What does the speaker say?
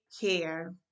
care